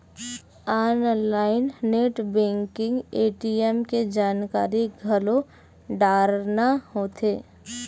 online net banking ATM के जानकारी घलो डारना होथे